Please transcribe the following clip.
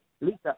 Lisa